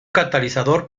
catalizador